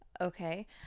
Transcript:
Okay